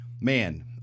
man